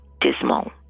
dismal